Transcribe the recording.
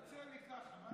יוצא לי ככה, מה אני אעשה?